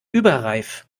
überreif